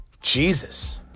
Jesus